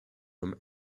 from